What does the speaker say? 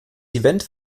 event